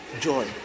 joy